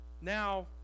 now